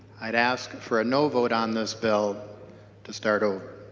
i would ask for a no vote on this bill to start over.